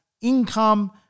income